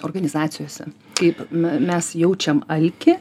organizacijose kaip mes jaučiam alkį